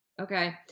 Okay